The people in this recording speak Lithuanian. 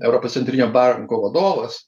europos centrinio banko vadovas